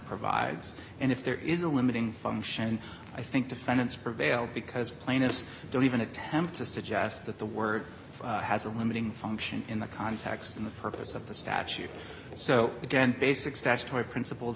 provides and if there is a limiting function i think defendants prevail because plaintiffs don't even attempt to suggest that the word has a limiting function in the context in the purpose of the statute so again basic statutory principles